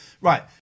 Right